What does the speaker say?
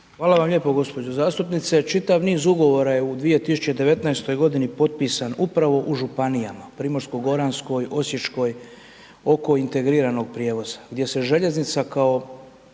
Hvala vam lijepo gospođo zastupnice, čitav niz ugovora je u 2019. godine potpisan upravo u županijama Primorsko-goranskoj, Osječkoj oko integriranog prijevoza, gdje se željeznica kao